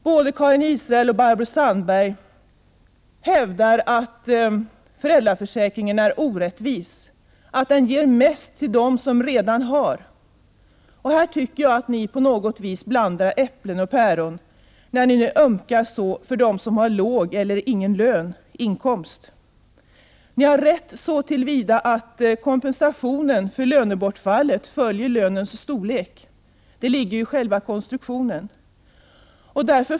Både Karin Israelsson och Barbro Sandberg hävdar att föräldraförsäkringen är orättvis, att den ger mest till dem som redan har. Jag tycker att ni här på något vis blandar äpplen och päron, när ni nu ömkar för dem som har låg eller ingen inkomst. Ni har rätt så till vida att kompensationen för lönebortfallet följer lönens storlek. Det ligger i själva konstruktionen.